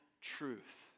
truth